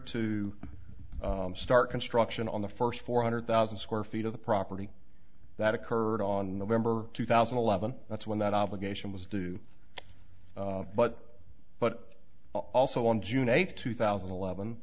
to start construction on the first four hundred thousand square feet of the property that occurred on november two thousand and eleven that's when that obligation was due but but also on june eighth two thousand and eleven